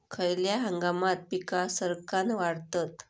खयल्या हंगामात पीका सरक्कान वाढतत?